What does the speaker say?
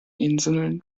inseln